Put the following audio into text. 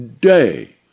day